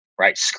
right